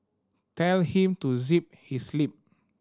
tell him to zip his lip